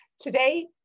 Today